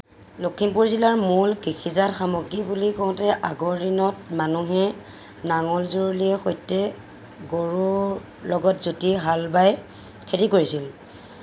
লখিমপুৰ জিলাৰ মূল কৃষিজাত সামগ্ৰী বুলি কওঁতে আগৰ দিনত মানুহে নাঙল জৰুলিয়ে সৈতে গৰুৰ লগত যদি হাল বায় খেতি কৰিছিল